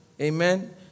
Amen